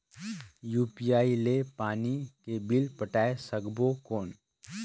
UPI ले पानी के बिल पटाय सकबो कौन?